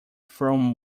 from